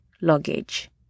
luggage